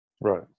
Right